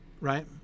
right